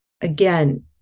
again